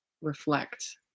reflect